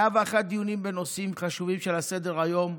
101 דיונים בנושאים חשובים שעל סדר-היום,